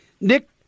Nick